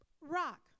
rock